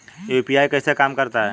UPI कैसे काम करता है?